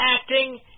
acting